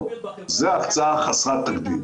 זו הקצאה חסרת תקדים.